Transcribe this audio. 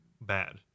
bad